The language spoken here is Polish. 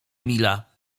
emila